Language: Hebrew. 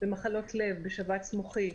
בשבץ מוחי,